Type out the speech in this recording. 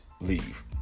leave